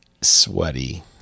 sweaty